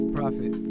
Profit